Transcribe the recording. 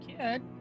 kid